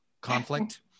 conflict